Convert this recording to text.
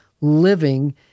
living